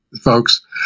folks